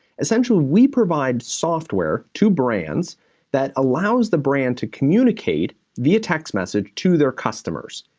essentially, we provide software to brands that allows the brand to communicate via text message to their customers.